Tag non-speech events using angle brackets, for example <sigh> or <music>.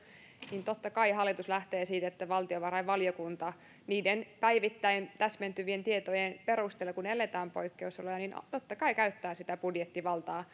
eli totta kai hallitus lähtee siitä että valtiovarainvaliokunta niiden päivittäin täsmentyvien tietojen perusteella kun eletään poikkeusoloja totta kai käyttää sitä budjettivaltaa <unintelligible>